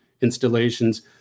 installations